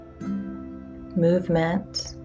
movement